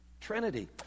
Trinity